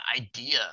idea